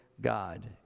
God